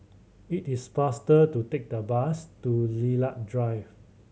it is faster to take the bus to Lilac Drive